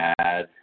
add